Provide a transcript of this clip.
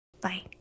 Bye